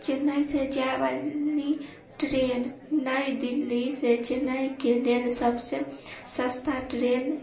चेन्नई से जाए वाली ट्रेन नई दिल्ली से चेन्नईके लेल सबसे सस्ता ट्रेन